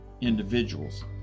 individuals